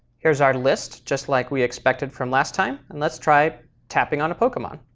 here's our list just like we expected from last time, and let's try tapping on a pokemon.